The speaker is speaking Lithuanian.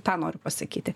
tą noriu pasakyti